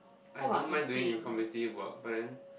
I don't mind doing informative work but then